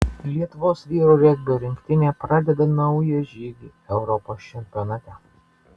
lietuvos vyrų regbio rinktinė pradeda naują žygį europos čempionate